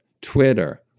Twitter